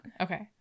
Okay